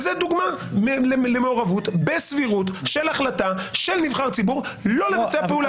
זאת דוגמה למעורבות בסבירות של החלטה של נבחר ציבור לא לבצע פעולה.